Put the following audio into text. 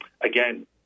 Again